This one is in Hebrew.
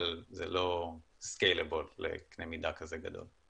אבל זה לא scalable לקנה מידה כזה גדול.